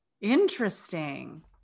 Interesting